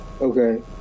okay